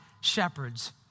shepherds